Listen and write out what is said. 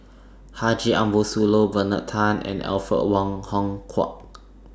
Haji Ambo Sooloh Bernard Tan and Alfred Wong Hong Kwok